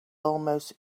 almost